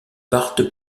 partent